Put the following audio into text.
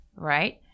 Right